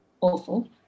awful